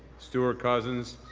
stewart-cousins,